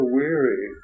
weary